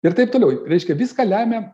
ir taip toliau reiškia viską lemia